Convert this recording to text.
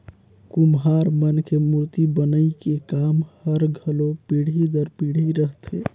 कुम्हार मन के मूरती बनई के काम हर घलो पीढ़ी दर पीढ़ी रहथे